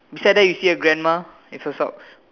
beside that you see a grandma with a socks